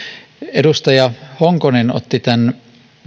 edustaja honkonen otti esille tämän